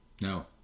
No